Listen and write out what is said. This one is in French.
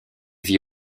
vit